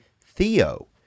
Theo